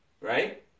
right